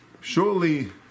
Surely